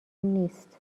نیست